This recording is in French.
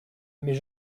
mais